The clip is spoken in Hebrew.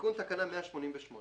תיקון תקנה 188